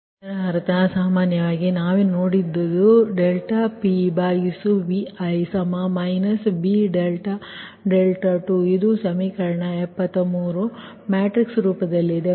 ಇದರರ್ಥ ಸಾಮಾನ್ಯವಾಗಿ ನಾವು ನೋಡಿದದ್ದು ∆P|Vi| B∆δ ಇದು ಸಮೀಕರಣ 73 ಮ್ಯಾಟ್ರಿಕ್ಸ್ ರೂಪದಲ್ಲಿದೆ